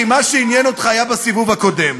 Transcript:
כי מה שעניין אותך היה בסיבוב הקודם.